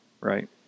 right